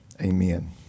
Amen